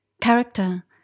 character